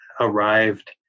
arrived